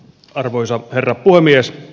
arvoisa herra puhemies